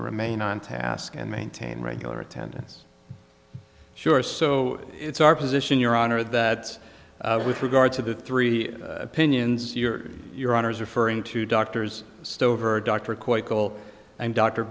remain on task and maintain regular attendance sure so it's our position your honor that with regard to the three opinions your your honour's referring to doctors stover dr quite cool and dr